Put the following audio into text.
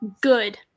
good